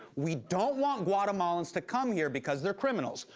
we don't want guatemalans to come here because they're criminals.